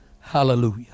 hallelujah